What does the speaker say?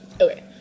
okay